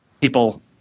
people